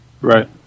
Right